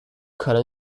可能